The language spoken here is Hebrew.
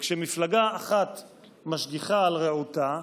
כשמפלגה אחת משגיחה על רעותה,